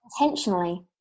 Intentionally